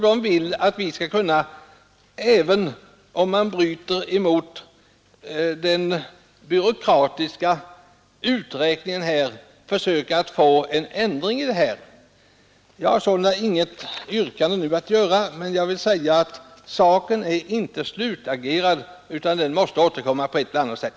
De vill att vi, även om vi bryter emot den byråkratiska uträkningen, skall försöka få en ändring till stånd. Jag har inget yrkande, men saken är inte slutagerad. Den måste återkomma på ett eller annat sätt.